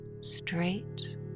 straight